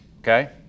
Okay